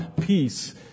peace